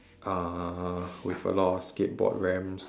uh with a lot of skateboard ramps